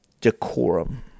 decorum